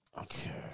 Okay